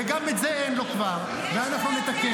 וגם את זה אין לו כבר ואנחנו נתקן.